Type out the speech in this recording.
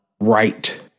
right